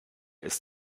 ist